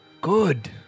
Good